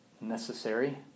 necessary